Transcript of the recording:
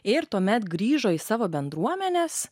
ir tuomet grįžo į savo bendruomenes